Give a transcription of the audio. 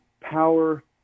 power